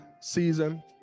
season